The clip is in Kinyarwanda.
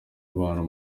abantu